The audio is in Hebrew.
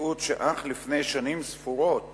מציאות שאך לפני שנים ספורות